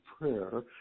prayer